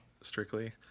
strictly